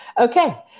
Okay